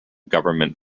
government